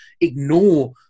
ignore